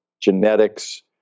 genetics